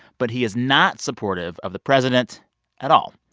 but he is not supportive of the president at all.